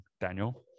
daniel